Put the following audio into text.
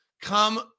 come